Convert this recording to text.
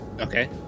Okay